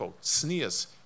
sneers